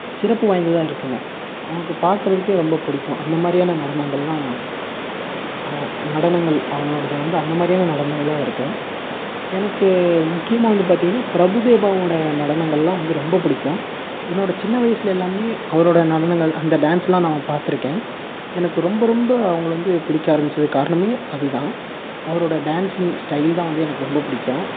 சிறப்பு வாய்ந்ததாக இருக்கும்ங்க நமக்கு பாக்கிறதுக்கே ரொம்ப பிடிக்கும் அந்த மாதிரியான நடனங்கள் தான் நடனங்கள் அவுங்களோடது வந்து அந்த மாதிரியான நடனங்களாக இருக்கும் எனக்கு முக்கியமாக வந்து பார்த்தீங்கன்னா பிரபுதேவாவோட நடனங்கள்லாம் வந்து ரொம்ப பிடிக்கும் என்னோட சின்ன வயசில் எல்லாம் அவரோட நடனங்கள் அந்த டேன்ஸ்லாம் நான் பாத்திருக்கேன் எனக்கு ரொம்ப ரொம்ப அவங்கள வந்து பிடிக்க ஆரம்மிச்சதுக் காரணம் அது தான் அவரோட டேன்ஸிங் ஸ்டையில் தான் வந்து எனக்கு ரொம்போ பிடிக்கும்